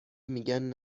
میگن